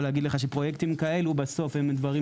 פרויקטים כאלה בסוף הם דברים